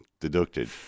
deducted